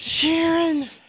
Sharon